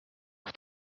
auf